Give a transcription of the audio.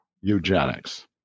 eugenics